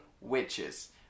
witches